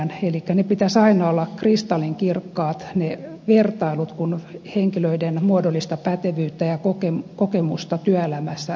elikkä niiden vertailujen pitäisi aina olla kristallinkirkkaat kun henkilöiden muodollista pätevyyttä ja kokemusta työelämässä vertaillaan